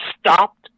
stopped